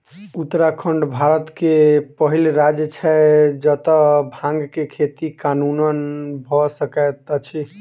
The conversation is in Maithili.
उत्तराखंड भारत के पहिल राज्य छै जतअ भांग के खेती कानूनन भअ सकैत अछि